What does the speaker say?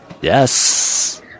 yes